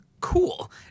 Cool